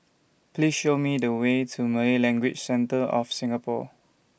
Please Show Me The Way to Malay Language Centre of Singapore